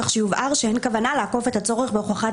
כך שיובהר שאין כוונה לעקוף את הצורך בהוכחת